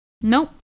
Nope